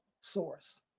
source